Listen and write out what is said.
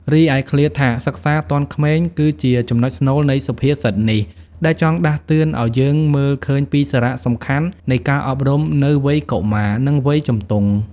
រីឯឃ្លាថាសិក្សាទាន់ក្មេង គឺជាចំណុចស្នូលនៃសុភាសិតនេះ ដែលចង់ដាស់តឿនឱ្យយើងមើលឃើញពីសារៈសំខាន់នៃការអប់រំនៅវ័យកុមារ និងវ័យជំទង់ ។